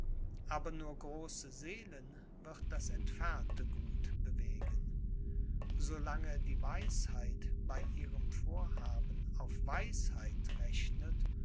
aber nur große seelen wird das entfernte gute bewegen so lange die weisheit bei ihrem vorhaben auf weisheit rechnet